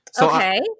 Okay